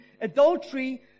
adultery